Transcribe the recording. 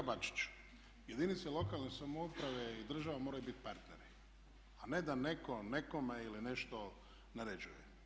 Kolega Bačiću, jedinice lokalne samouprave i država moraju biti partneri, a ne da netko nekome ili nešto naređuje.